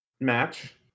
match